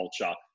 culture